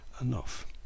enough